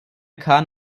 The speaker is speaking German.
kahn